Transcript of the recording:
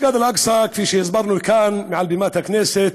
מסגד אל-אקצא, כפי שהסברנו כאן, מעל בימת הכנסת,